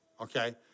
Okay